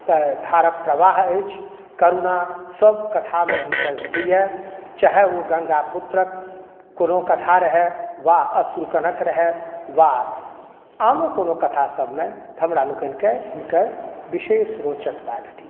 कए धारक प्रवाह अछि करुणा सभ कथामे हिनकर भेटैए चाहे ओ गङ्गा पुत्रक कोनो कथा रहए वा अश्रुकणक रहए वा आनो कोनो कथासभमे हमरा लोकनिकेँ हिनकर विशेष रोचकता भेटैए